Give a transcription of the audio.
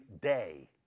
day